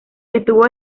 estuvo